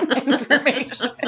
information